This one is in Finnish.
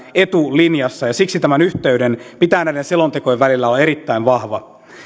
etulinjassa siksi tämän yhteyden pitää näiden selontekojen välillä olla erittäin vahva